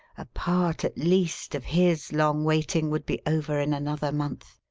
a part, at least, of his long waiting would be over in another month.